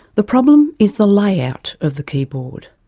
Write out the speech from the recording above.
the problem is the layout of the keyboard.